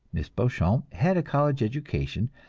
miss beauchamp had a college education,